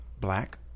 black